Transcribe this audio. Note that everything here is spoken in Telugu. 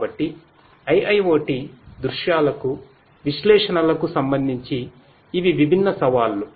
కాబట్టి IIoT దృశ్యాలకు విశ్లేషణలకు సంబంధించి ఇవి విభిన్న సవాళ్లు